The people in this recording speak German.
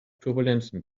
turbulenzen